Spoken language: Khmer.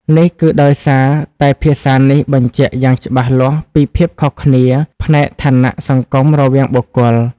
នេះគឺដោយសារតែភាសានេះបញ្ជាក់យ៉ាងច្បាស់លាស់ពីភាពខុសគ្នាផ្នែកឋានៈសង្គមរវាងបុគ្គល។